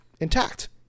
intact